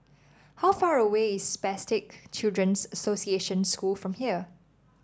how far away is Spastic Children's Association School from here